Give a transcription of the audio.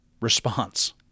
response